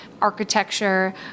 architecture